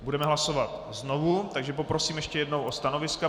Budeme hlasovat znovu, takže poprosím ještě jednou o stanoviska.